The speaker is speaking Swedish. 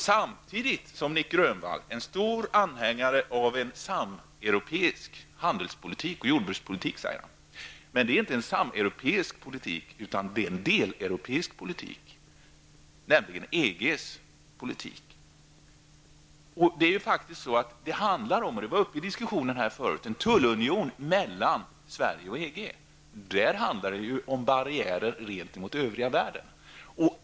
Nic Grönvall säger att han är en stor anhängare av en sameuropeisk handels och jordbrukspolitik. Men det är inte sameuropeisk politik han förordar, utan det är en deleuropeisk politik, nämligen EGs politik. Det handlar faktiskt om en tullunion mellan Sverige och EG, där tullarna utgör en barriär gentemot den övriga världen.